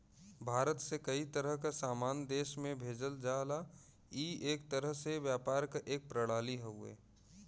भारत से कई तरह क सामान देश में भेजल जाला ई एक तरह से व्यापार क एक प्रणाली हउवे